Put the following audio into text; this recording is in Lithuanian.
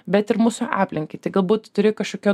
bet ir mūsų aplinkai tai galbūt turi kažkokių